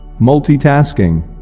Multitasking